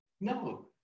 No